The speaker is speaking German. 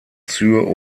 sur